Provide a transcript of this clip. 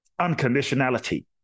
Unconditionality